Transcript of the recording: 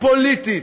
פוליטית,